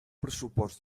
pressupost